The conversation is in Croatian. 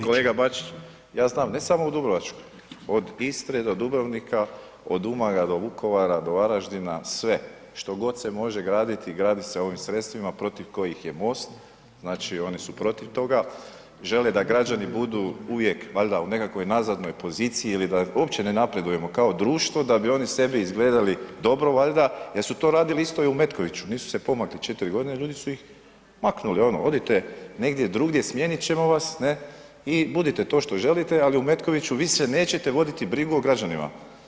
Kolega Bačić, ja znam ne samo u Dubrovačkoj, od Istre do Dubrovnika, od Umaga do Vukovara, do Varaždina sve što može graditi, gradi se ovim sredstvima protiv kojih je MOST, znači oni su protiv toga, žele da građani budu uvijek valjda u nekakvoj nazadnoj poziciji ili da uopće ne napredujemo kao društvo da bi oni sebi izgledali dobro valjda jer su to radili isto i u Metkoviću, nisu se pomakli 4 godine, ljudi su ih maknuli ono odite negdje drugdje, smijenit ćemo vas ne, i budite to što želite, ali u Metkoviću više nećete voditi brigu o građanima.